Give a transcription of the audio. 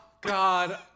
God